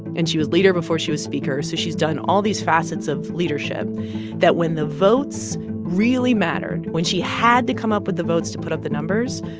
and she was leader before she was speaker, so she's done all these facets of leadership that when the votes really mattered, when she had to come up with the votes to put up the numbers,